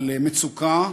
מצוקה,